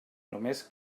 només